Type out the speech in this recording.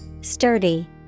Sturdy